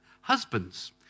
Husbands